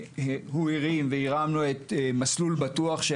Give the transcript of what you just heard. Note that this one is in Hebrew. הרמנו את ׳מסלול בטוח׳.